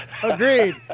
Agreed